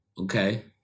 Okay